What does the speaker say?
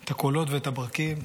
את הקולות ואת הברקים,